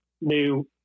new